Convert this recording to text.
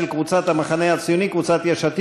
של חברי הכנסת יצחק